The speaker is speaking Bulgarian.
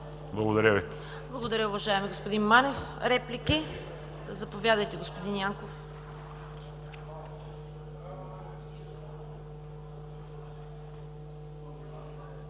Благодаря Ви, уважаеми господин Манев. Реплики? Заповядайте, господин Янков.